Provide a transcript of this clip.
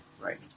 right